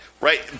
right